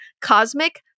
Cosmic